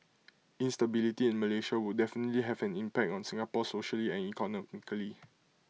instability in Malaysia would definitely have an impact on Singapore socially and economically